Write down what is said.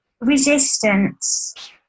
resistance